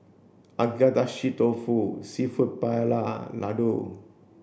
Agedashi Dofu Seafood Paella Ladoo